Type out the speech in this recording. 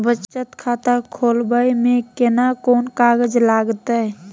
बचत खाता खोलबै में केना कोन कागज लागतै?